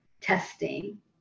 testing